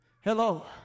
Hello